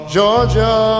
Georgia